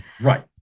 Right